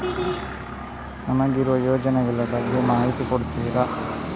ನಮಗಿರುವ ಯೋಜನೆಗಳ ಬಗ್ಗೆ ಮಾಹಿತಿ ಕೊಡ್ತೀರಾ?